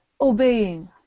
obeying